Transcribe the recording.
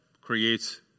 creates